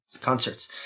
concerts